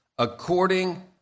According